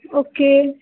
okay